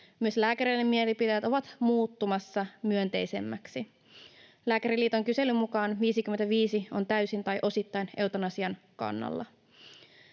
Myös lääkäreiden mielipiteet ovat muuttumassa myönteisemmiksi. Lääkäriliiton kyselyn mukaan 55 on täysin tai osittain eutanasian kannalla.